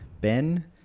Ben